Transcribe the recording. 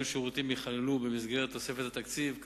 שירותים ייכללו במסגרת תוספת התקציב הוא,